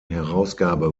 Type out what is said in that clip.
herausgabe